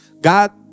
God